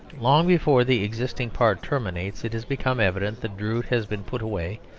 long before the existing part terminates it has become evident that drood has been put away,